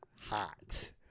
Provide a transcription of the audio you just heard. Hot